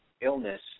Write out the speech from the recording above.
illness